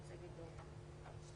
ראש חטיבת הקהילה בשירותי בריאות כללית.